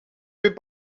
fait